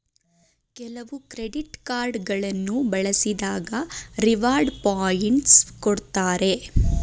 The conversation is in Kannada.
ಕೆಲವು ಕ್ರೆಡಿಟ್ ಕಾರ್ಡ್ ಗಳನ್ನು ಬಳಸಿದಾಗ ರಿವಾರ್ಡ್ ಪಾಯಿಂಟ್ಸ್ ಕೊಡ್ತಾರೆ